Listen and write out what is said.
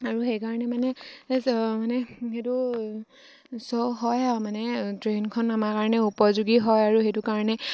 আৰু সেইকাৰণে মানে মানে সেইটো শ্ব' হয় আৰু মানে ট্ৰেইনখন আমাৰ কাৰণে উপযোগী হয় আৰু সেইটো কাৰণে